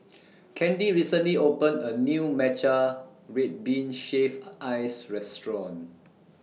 Candi recently opened A New Matcha Red Bean Shaved Ice Restaurant